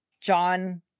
John